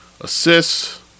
assists